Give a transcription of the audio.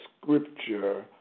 scripture